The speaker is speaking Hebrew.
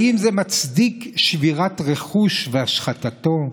האם זה מצדיק שבירת רכוש והשחתתו?